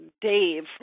Dave